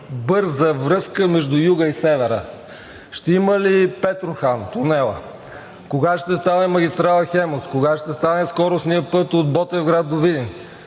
по-бърза връзка между Юга и Севера? Ще има ли тунел „Петрохан“? Кога ще стане магистрала „Хемус“? Кога ще стане скоростният път от Ботевград до Видин?